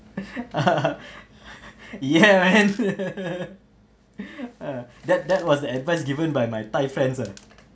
yeah man that that was the advice given by my thai friends ah